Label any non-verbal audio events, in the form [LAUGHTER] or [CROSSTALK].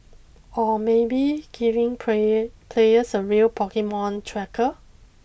or maybe giving [UNINTELLIGIBLE] players a real Pokemon tracker